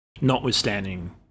Notwithstanding